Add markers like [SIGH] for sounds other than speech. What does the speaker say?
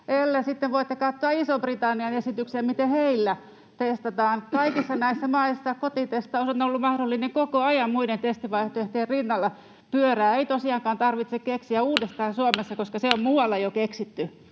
voitte katsoa Ison-Britannian esityksen, miten heillä testataan. Kaikissa näissä maissa kotitestaus on ollut mahdollinen koko ajan muiden testivaihtoehtojen rinnalla. Pyörää ei tosiaankaan tarvitse keksiä uudestaan [NOISE] Suomessa, koska se on muualla jo keksitty.